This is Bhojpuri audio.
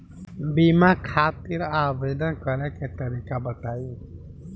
बीमा खातिर आवेदन करे के तरीका बताई?